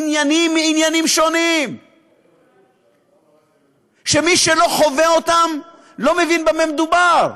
עניינים מעניינים שונים שמי שלא חווה אותם לא מבין במה מדובר,